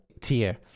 tier